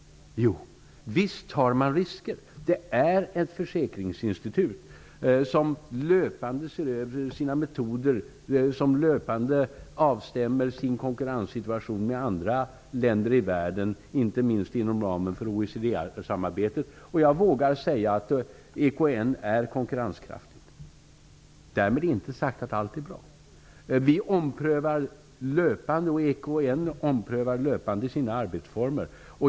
Visst tar de risker! Det är ett försäkringsinstitut som löpande ser över sina metoder och som löpande avstämmer sin konkurrenssituation med andra länder i världen, inte minst inom ramen för OECD-samarbetet. Jag vågar säga att EKN är konkurrenskraftigt. Därmed inte sagt att allt är bra. EKN omprövar löpande sina arbetsformer.